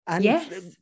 Yes